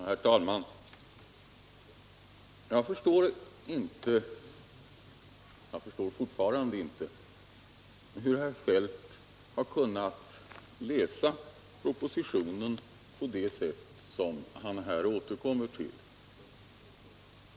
Herr talman! Jag förstår fortfarande inte hur herr Feldt har kunnat läsa propositionen på det sätt, som han här återkommer till.